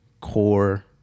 core